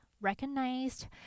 recognized